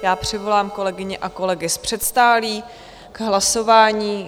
Já přivolám kolegyně a kolegy z předsálí k hlasování.